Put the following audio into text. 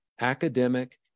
academic